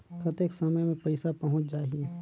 कतेक समय मे पइसा पहुंच जाही?